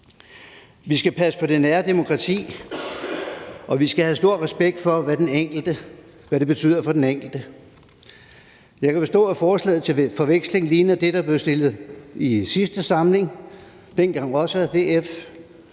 Vi skal passe på det nære demokrati, og vi skal have stor respekt for, hvad det betyder for den enkelte. Jeg kan forstå, at forslaget til forveksling ligner det, der blev fremsat i sidste samling, dengang også af